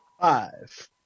Five